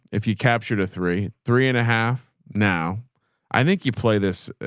if you captured a three, three and a half now i think you play this.